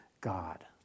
God